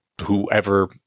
whoever